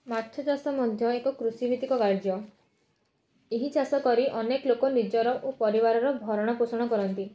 ମାଛଚାଷ ମଧ୍ୟ ଏକ କୃଷିଭୀତିକ କାର୍ଯ୍ୟ ଏହି ଚାଷ କରି ଅନେକ ଲୋକ ନିଜର ଓ ପରିବାରର ଭରଣପୋଷଣ କରନ୍ତି